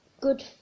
good